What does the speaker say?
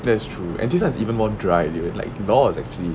that's true and this one is even more dry you know like law is actually